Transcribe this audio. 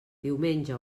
diumenge